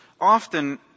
often